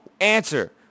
answer